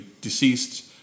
deceased